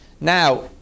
Now